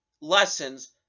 lessons